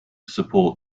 support